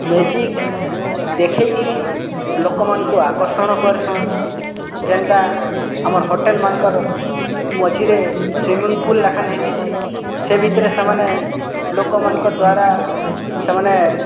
magic ଦେଖେଇକିରି ଲୋକମାନ୍କୁ ଆକର୍ଷଣ କର୍ସନ୍ ଯେନ୍ଟା ଆମର୍ ହୋଟେଲ୍ମାନ୍କର୍ ମଝିରେ ସୁଇମିଂ ପୁଲ୍ ଲେଖେନ୍ ହେଇଥିସି ସେ ଭିତ୍ରେ ସେମାନେ ଲୋକ୍ମାନ୍କର୍ ଦ୍ଵାରା ସେମାନେ